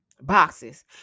boxes